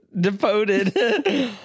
devoted